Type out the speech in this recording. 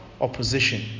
opposition